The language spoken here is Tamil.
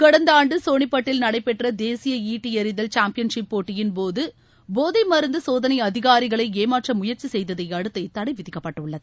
கடந்தஆண்டுசோனிபட்டில் நடைபெற்றதேசியாட்டிஎறிதல் சாம்பியன்ஷிப் போட்டியின் போது போதைமருந்துசோதனைஅதிகாரிகளைஏமாற்றமுயற்சிசெய்ததையடுத்து இத்தடைவிதிக்கப்பட்டுள்ளது